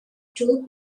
two